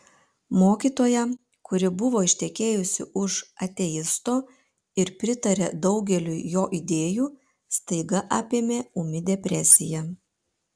mokytoją kuri buvo ištekėjusi už ateisto ir pritarė daugeliui jo idėjų staiga apėmė ūmi depresija